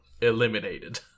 eliminated